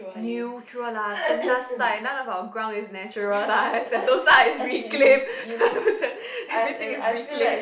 neutral lah kanasai none of ground is natural lah Sentosa is reclaimed everything is reclaimed